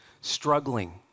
struggling